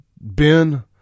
Ben